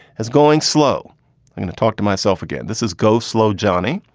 as going slow going to talk to myself again. this is go slow, johnny.